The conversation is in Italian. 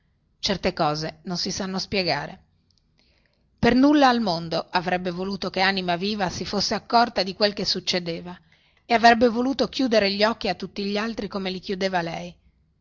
certe cose non si sanno spiegare per nulla al mondo avrebbe voluto che anima viva si fosse accorta di quel che succedeva e avrebbe voluto chiudere gli occhi a tutti gli altri come li chiudeva lei